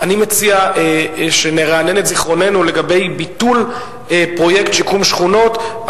אני מציע שנרענן את זיכרוננו לגבי ביטול פרויקט שיקום שכונות.